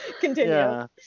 continue